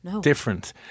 different